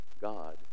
God